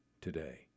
today